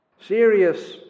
Serious